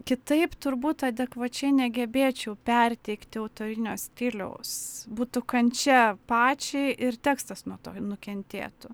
kitaip turbūt adekvačiai negebėčiau perteikti autorinio stiliaus būtų kančia pačiai ir tekstas nuo to nukentėtų